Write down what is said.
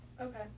Okay